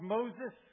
Moses